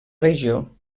regió